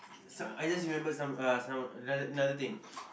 some I just remembered some uh some another another thing